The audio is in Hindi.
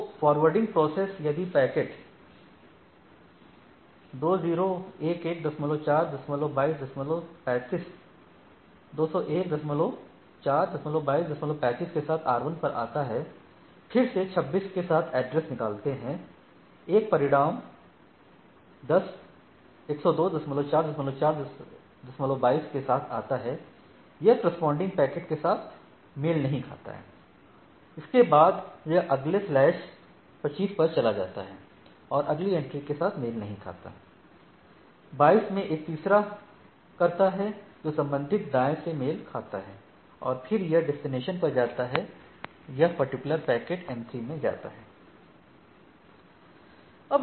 तो फॉरवार्डिंग प्रोसेस यदि पैकेट 201142235 के साथ R1 पर आता है फिर से 26 के साथ एड्रेस निकालते हैं एक परिणाम 10 21422 के साथ आता है यह करेस्पॉन्डिंग पैकेट के साथ मेल नहीं खाता है इसके बाद यह अगले स्लैश 25 के लिए चला जाता है और अगली एंट्री के साथ मेल नहीं खाता 22 में एक तीसरा करता है जो संबंधित दाएं से मेल खाता है और फिर यह इस डेस्टिनेशन पर जाता है यह पर्टिकुलर पैकेट m3 में जाता है